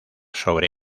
sobre